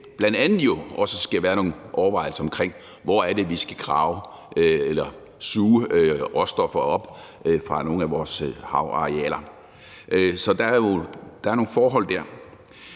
bl.a. også skal være nogle overvejelser omkring, hvor det er, vi skal suge råstoffer op fra nogle af vores havarealer. Så der er nogle forhold dér.